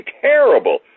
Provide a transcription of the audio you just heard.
terrible